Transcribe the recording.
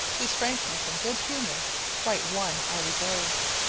whose frankness and good humour quite won our regards.